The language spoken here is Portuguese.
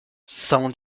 são